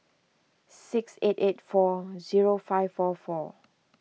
six eight eight four zero five four four